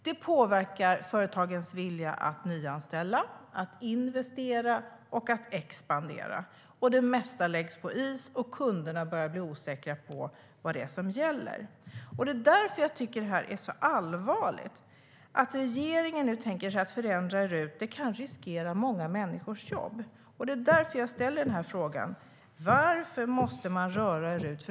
Det påverkar företagens vilja att nyanställa, att investera och att expandera. Det mesta läggs på is och kunderna börjar bli osäkra på vad det är som gäller. Därför tycker jag att det är allvarligt. Att regeringen tänker förändra RUT kan riskera många människors jobb. Därför ställer jag frågan: Varför måste man röra RUT?